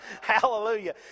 Hallelujah